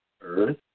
earth